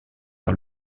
par